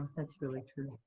that's really true.